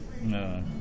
No